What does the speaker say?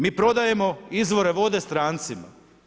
Mi prodajemo izvore vode strancima.